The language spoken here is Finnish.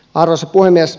arvoisa puhemies